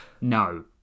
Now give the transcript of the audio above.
No